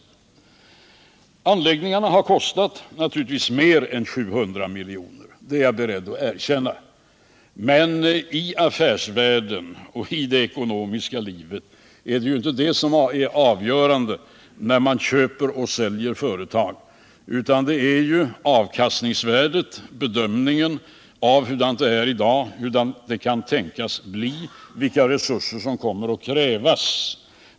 Anläggningarna har naturligtvis kostat mer än 700 miljoner — det är jag beredd att erkänna. Men i affärsvärlden och i det ekonomiska livet är det ju inte detta som är avgörande, när man köper och säljer företag, utan det är avkastningsvärdet, bedömningen av hurdant det är i dag, hurdant det kan tänkas bli, vilka resurser som kommer att krävas.